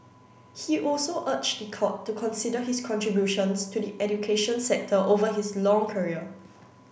he also urged the court to consider his contributions to the education sector over his long career